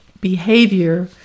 behavior